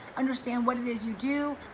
understand what it is you do.